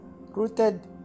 rooted